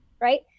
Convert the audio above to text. right